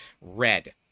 red